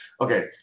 Okay